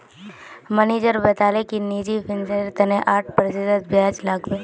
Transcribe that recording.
manager बताले कि निजी फिनांसेर तने आठ प्रतिशत ब्याज लागबे